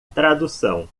tradução